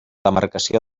demarcació